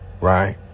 right